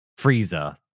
Frieza